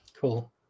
cool